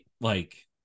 Like-